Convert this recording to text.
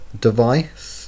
device